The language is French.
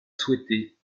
souhaitée